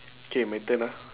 K my turn ah